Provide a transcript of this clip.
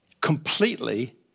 completely